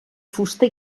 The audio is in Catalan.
fusta